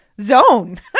zone